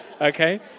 Okay